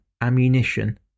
ammunition